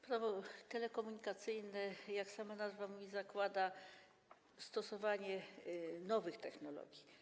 Prawo telekomunikacyjne, jak sama nazwa mówi, zakłada stosowanie nowych technologii.